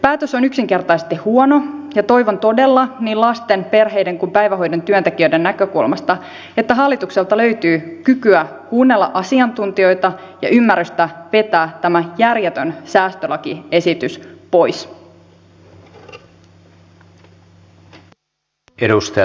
päätös on yksinkertaisesti huono ja toivon todella niin lasten perheiden kuin päivähoidon työntekijöiden näkökulmasta että hallitukselta löytyy kykyä kuunnella asiantuntijoita ja ymmärrystä vetää tämä järjetön säästölakiesitys pois